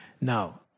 Now